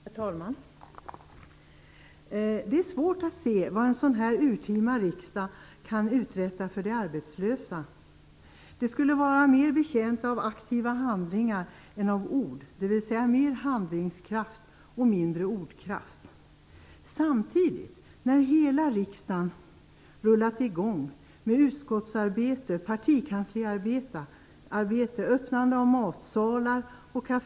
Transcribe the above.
Herr talman! Det är svårt att se vad en sådan här urtima riksdag kan uträtta för de arbetslösa. De skulle vara mer betjänta av aktiva handlingar än av ord, dvs. mer handlingskraft och mindre ordkraft. Hela riksdagen har rullat i gång med utskottsarbete och partikansliarbete. Matsal och kafé har öppnats.